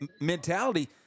mentality